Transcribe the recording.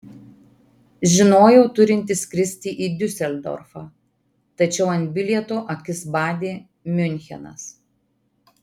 žinojau turinti skristi į diuseldorfą tačiau ant bilieto akis badė miunchenas